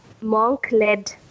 monk-led